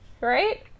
Right